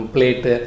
Plate